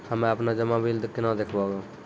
हम्मे आपनौ जमा बिल केना देखबैओ?